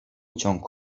ciąg